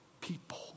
people